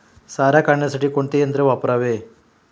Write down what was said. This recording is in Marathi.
सारा काढण्यासाठी कोणते यंत्र वापरावे?